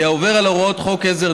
כי העובר על הוראות חוק עזר,